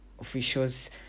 officials